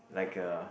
like a